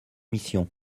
missions